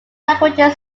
languages